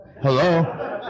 Hello